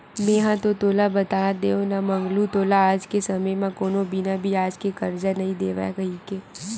मेंहा तो तोला बता देव ना मंगलू तोला आज के समे म कोनो बिना बियाज के करजा नइ देवय कहिके